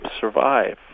survive